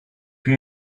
più